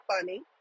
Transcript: funny